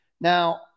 now